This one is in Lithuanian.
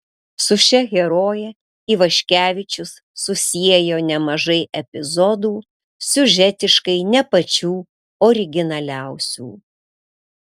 su šia heroje ivaškevičius susiejo nemažai epizodų siužetiškai ne pačių originaliausių